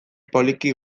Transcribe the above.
poliki